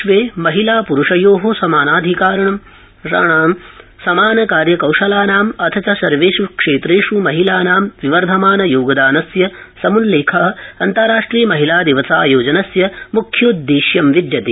विश्वे महिला प्रुषयोः समानाधिकाराणां समान कार्य कौशलानाम् अथ च सर्वेष् क्षेत्रेष् महिलानां विवर्धमान योगदानस्य समुल्लेख अन्ताराष्ट्रिय महिला दिवसायोजनस्य मुख्यमुददेश्यं विदयते